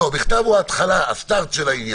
המכתב הוא ההתחלה של העניין.